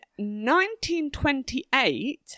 1928